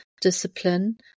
discipline